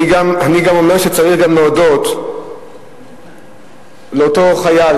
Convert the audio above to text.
אני גם אומר שצריך גם להודות לאותו חייל,